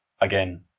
again